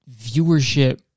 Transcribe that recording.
viewership